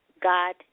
God